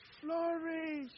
flourish